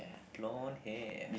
blond hair